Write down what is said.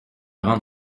rende